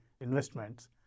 investments